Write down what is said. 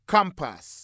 Compass